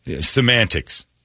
Semantics